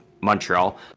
Montreal